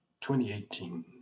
2018